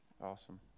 awesome